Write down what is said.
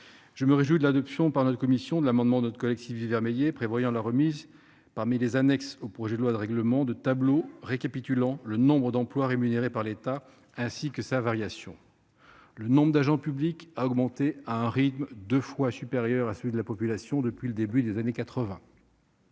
Je me réjouis de l'adoption par notre commission de l'amendement de notre collègue Sylvie Vermeillet, prévoyant la remise, parmi les annexes au projet de loi de règlement, de tableaux récapitulant le nombre d'emplois rémunérés par l'État, ainsi que sa variation. Le nombre d'agents publics a augmenté à un rythme deux fois supérieur à celui de la population depuis le début des années 1980.